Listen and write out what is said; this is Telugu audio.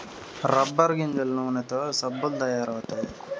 రబ్బర్ గింజల నూనెతో సబ్బులు తయారు అవుతాయి